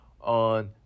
on